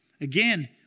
again